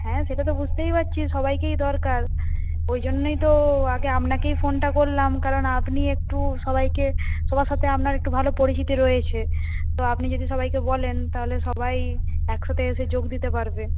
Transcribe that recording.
হ্যাঁ সেটা তো বুঝতেই পারছি সবাইকেই দরকার ওই জন্যই তো আগে আপনাকেই ফোনটা করলাম কারণ আপনি একটু সবাইকে সবার সাথে আপনার একটু ভালো পরিচিতি রয়েছে তো আপনি যদি সবাইকে বলেন তাহলে সবাই একসাথে এসে যোগ দিতে পারবে